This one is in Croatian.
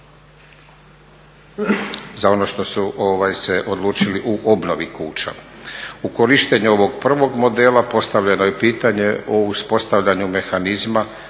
za ono što su se odlučili u obnovi kuća. U korištenju ovog prvog modela postavljeno je pitanje o uspostavljenju mehanizma